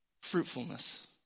Fruitfulness